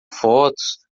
fotos